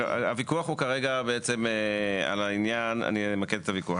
אני אמקד את הוויכוח.